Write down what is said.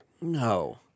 No